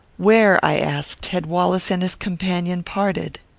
where, i asked, had wallace and his companion parted?